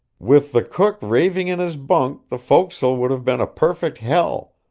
with the cook raving in his bunk the forecastle would have been a perfect hell,